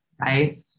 right